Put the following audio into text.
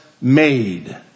made